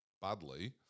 badly